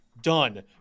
done